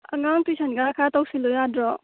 ꯑꯉꯥꯡ ꯇꯨꯏꯁꯟꯒ ꯈꯔ ꯇꯧꯁꯤꯟꯂꯨ ꯌꯥꯗ꯭ꯔꯣ